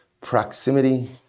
proximity